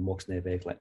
mokslinei veiklai